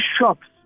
shops